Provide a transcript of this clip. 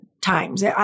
times